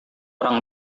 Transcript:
orang